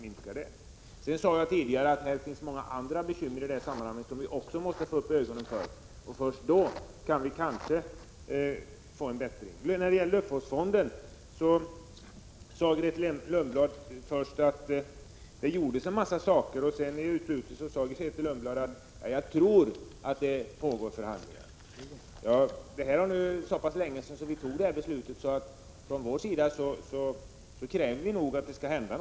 Jag sade tidigare att här finns andra bekymmer som vi måste få upp ögonen för. Först då kan vi få en bättring. Beträffande luftvårdsfonden sade Grethe Lundblad först att det har gjorts en hel del. Litet senare sade hon att hon trodde att det pågår förhandlingar. Det är så pass länge sedan beslutet fattades att vi nu kräver att någonting skall hända.